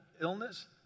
Illness